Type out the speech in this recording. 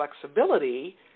flexibility